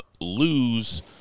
lose